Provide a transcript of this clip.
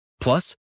Plus